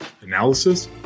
analysis